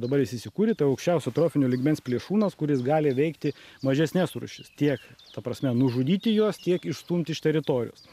dabar jis įsikūrė tai aukščiausio trofinio lygmens plėšrūnas kuris gali veikti mažesnes rūšis tiek ta prasme nužudyti juos tiek išstumti iš teritorijos